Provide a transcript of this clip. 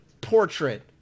Portrait